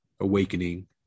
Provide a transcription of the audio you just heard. awakening